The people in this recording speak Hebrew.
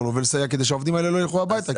לו כדי שהעובדים האלה לא ילכו הביתה.